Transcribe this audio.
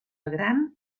gran